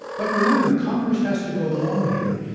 but remember congress has to go along here,